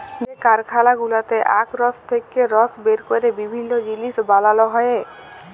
যে কারখালা গুলাতে আখ ফসল থেক্যে রস বের ক্যরে বিভিল্য জিলিস বানাল হ্যয়ে